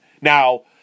Now